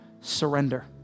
surrender